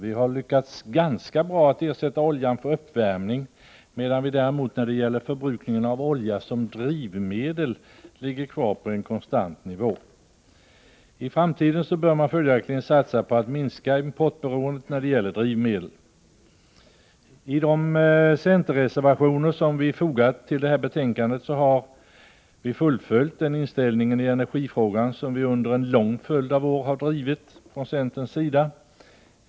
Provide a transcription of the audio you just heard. Vi har lyckats ganska bra att ersätta oljan när det gäller uppvärmning, medan vi däremot när det gäller förbrukningen av olja som drivmedel ligger kvar på en konstant nivå. I framtiden bör man följaktligen satsa på att minska importberoendet när det gäller drivmedel. I de centerreservationer som vi fogat till betänkandet har vi fullföljt den inställning i energifrågan som vi under en lång följd av år drivit från centerns sida.